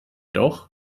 doch